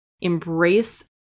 embrace